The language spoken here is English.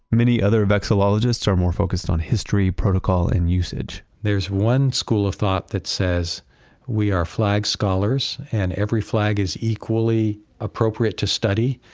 many other vexillologists are more focused on history, protocol, and usage there's one school of thought that says we are flag scholars, and every flag is equally appropriate to study,